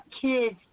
kids